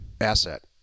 asset